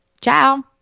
Ciao